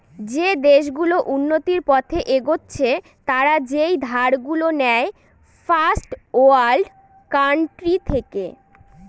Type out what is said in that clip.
যে দেশ গুলো উন্নতির পথে এগচ্ছে তারা যেই ধার গুলো নেয় ফার্স্ট ওয়ার্ল্ড কান্ট্রি থেকে